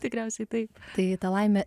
tikriausiai taip tai ta laimė